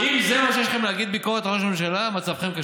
הוא לא צריך את ההגנה שלך, תאמין לי.